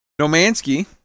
Nomansky